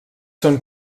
són